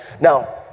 Now